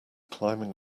climbing